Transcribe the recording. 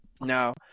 Now